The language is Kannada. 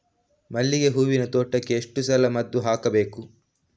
ಮಲ್ಲಿಗೆ ಹೂವಿನ ತೋಟಕ್ಕೆ ಎಷ್ಟು ಸಲ ಮದ್ದು ಹಾಕಬೇಕು?